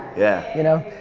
yeah. you know?